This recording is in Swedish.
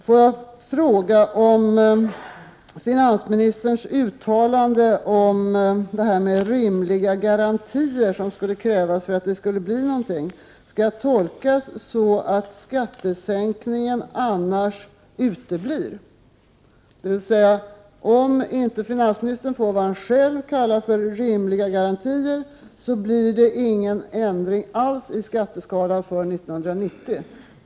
Får jag fråga om finansministerns uttalande om att det krävs rimliga garantier för att det skall bli en skattesänkning skall tolkas så att en sådan inte blir av utan dessa garantier. Om finansministern inte får vad han själv kallar för rimliga garantier, blir det då ingen ändring alls i skatteskalan för 1990?